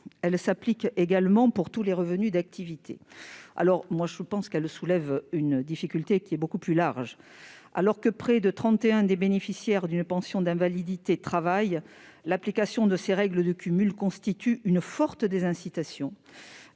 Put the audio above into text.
Elle s'applique également pour tous les revenus d'activité. Je pense qu'elle soulève une difficulté beaucoup plus large. Alors que près de 31 % des bénéficiaires d'une pension d'invalidité travaillent, l'application de ces règles de cumul constitue une forte désincitation